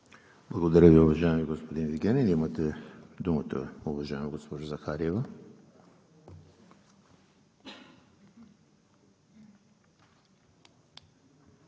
Благодаря Ви, уважаеми господин Вигенин. Имате думата, уважаема госпожо Захариева.